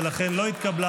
ולכן לא התקבלה.